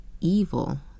evil